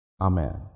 Amen